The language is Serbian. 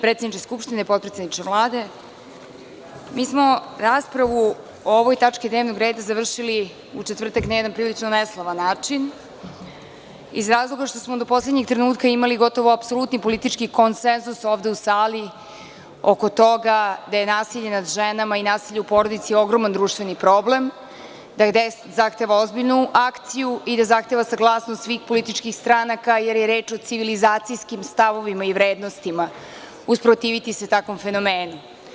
Predsedniče Skupštine, potpredsedniče Vlade, mi smo raspravu o ovoj tački dnevnog reda završili u četvrtak na jedan prilično neslavan način iz razloga što smo do poslednjeg trenutka imali gotovo apsolutni politički konsenzus ovde u sali oko toga da je nasilje nad ženama i nasilje u porodici ogroman društveni problem, da i DS zahteva ozbiljnu akciju i da zahteva saglasnost svih političkih stranaka jer je reč o civilizacijskim stavovima i vrednostima, usprotiviti se takvom fenomenu.